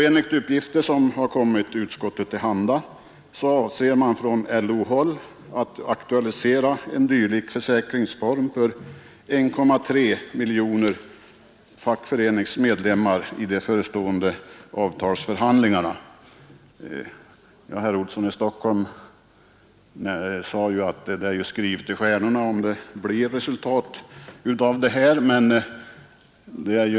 Enligt uppgifter som kommit utskottet till handa avser man från LO-håll att aktualisera en dylik försäkringsform för 1,3 miljoner fackföreningsmedlemmar i de förestående avtalsförhandlingarna. Herr Olsson sade att det står skrivet i stjärnorna om det blir något resultat av detta.